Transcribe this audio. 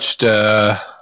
watched –